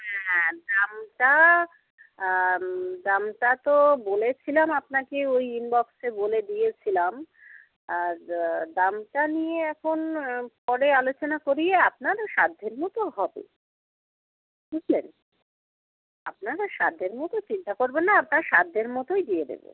হ্যাঁ দামটা দামটা তো বলেছিলাম আপনাকে ওই ইনবক্সে বলে দিয়েছিলাম আর দামটা নিয়ে এখন পরে আলোচনা করি আপনার সাধ্যের মতো হবে ঠিক আপনার সাধ্যের মতো চিন্তা করবেন না আপনার সাধ্যের মতোই দিয়ে দেবে